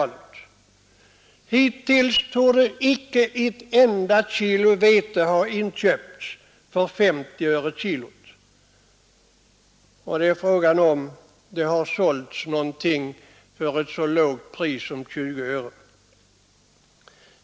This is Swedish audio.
Hittills torde icke ett enda kilo vete ha inköpts för 50 öre kilot, och frågan är om det har sålts något för ett så lågt pris som 20 öre.